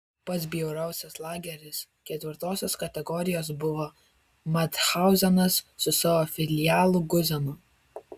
pats bjauriausias lageris ketvirtosios kategorijos buvo mathauzenas su savo filialu guzenu